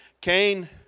Cain